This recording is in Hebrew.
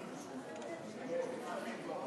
הגיעו כאן